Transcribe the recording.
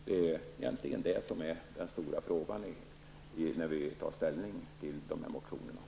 Det är egentligen det som är den stora frågan när vi tar ställning till de här motionerna.